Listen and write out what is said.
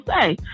say